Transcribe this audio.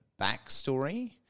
backstory